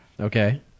Okay